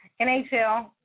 NHL